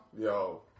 Yo